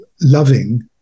loving